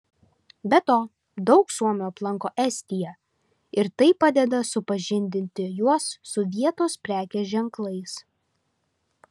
be to daug suomių aplanko estiją ir tai padeda supažindinti juos su vietos prekės ženklais